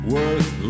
Worth